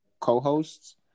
co-hosts